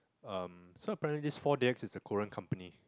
um so apparently this four D_X is a Korean company